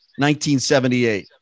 1978